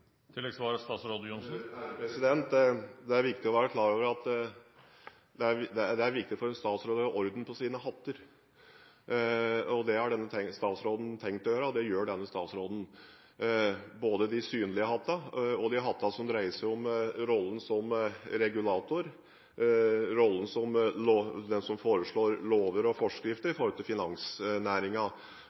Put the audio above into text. Det er viktig for en statsråd å holde orden på sine hatter. Det har denne statsråden tenkt å gjøre, og det gjør han – både på de synlige hattene og på de hattene som brukes i rollene som regulator, og som den som foreslår lover og forskrifter vedrørende finansnæringen. Eierskapet i